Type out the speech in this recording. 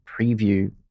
preview